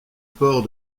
port